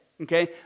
okay